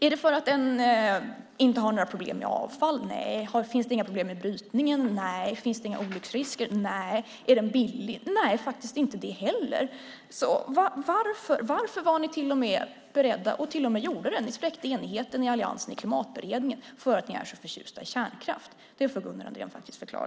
Är det för att den inte har några problem med avfall? Nej. Är det så att det inte finns problem med brytningen? Nej. Är det så att det inte finns några olycksrisker? Nej. Är den billig? Nej, faktiskt inte det heller. Varför spräckte ni till och med enigheten i Klimatberedningen för att ni är så förtjusta i kärnkraft? Det får faktiskt Gunnar Andrén förklara.